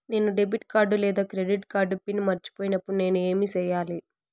నేను debit card లేదా credit card PIN మర్చిపోయినప్పుడు నేను ఏమి సెయ్యాలి?